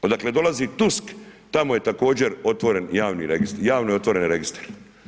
Odakle dolazi Tusk, tamo je također otvoren javni registar, javno je otvoren registar.